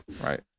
Right